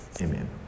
Amen